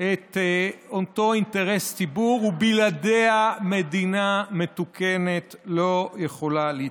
את אותו אינטרס ציבור ובלעדיה מדינה מתוקנת לא יכולה להתקיים.